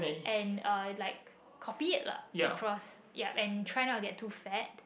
and uh like copied lah across yup and try not to get too fat